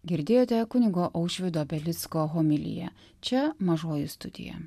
girdėjote kunigo aušvydo belicko homiliją čia mažoji studija